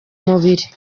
mubiri